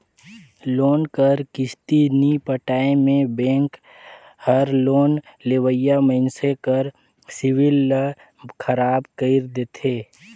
loan कर किस्ती नी पटाए में बेंक हर लोन लेवइया मइनसे कर सिविल ल खराब कइर देथे